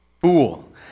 fool